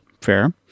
Fair